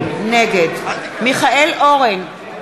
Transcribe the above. נגד מיכאל אורן,